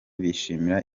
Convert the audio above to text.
bishimira